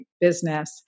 business